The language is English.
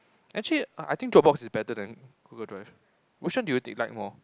actually I think Dropbox is better than Google Drive which one do you think like more